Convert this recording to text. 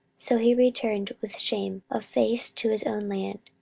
so he returned with shame of face to his own land.